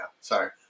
Sorry